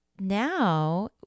now